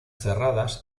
cerradas